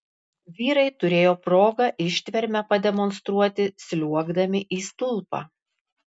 vyrai turėjo progą ištvermę pademonstruoti sliuogdami į stulpą